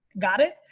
got it?